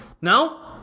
no